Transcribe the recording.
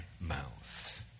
mouth